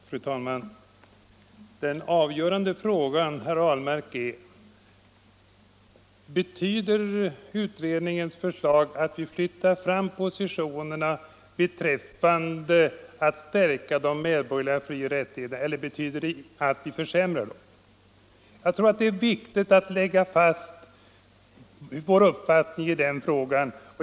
Fru talman! Den avgörande frågan, herr Ahlmark, är: Betyder utredningens förslag att vi flyttar fram positionerna när det gäller att stärka de medborgerliga frioch rättigheterna eller betyder det att vi försämrar dem? Jag tror att det är viktigt att lägga fast vår uppfattning i den frågan.